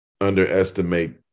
underestimate